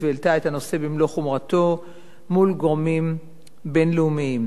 והעלתה את הנושא במלוא חומרתו מול גורמים בין-לאומיים.